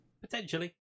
Potentially